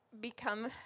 become